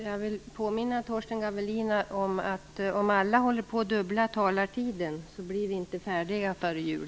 Jag vill påminna Torsten Gavelin om att om alla håller på dubbla talartiden blir vi inte färdiga före jul.